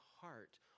heart